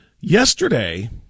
Yesterday